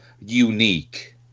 unique